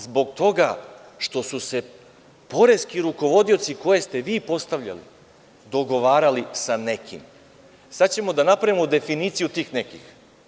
Zbog toga što su se poreski rukovodioci, koje ste vi postavljali, dogovarali sa nekim i sada ćemo da napravimo definiciju tih nekih.